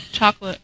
chocolate